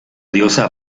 diosa